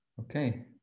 Okay